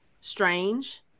strange